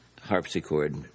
harpsichord